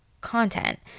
content